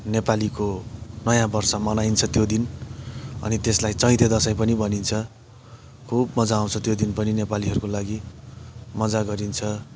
नेपालीको नयाँ वर्ष मनाइन्छ त्यो दिन अनि त्यसलाई चैते दसैँ पनि भनिन्छ खुब मजा आउँछ त्यो दिन पनि नेपालीहरूको लागि मजा गरिन्छ